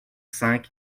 cinq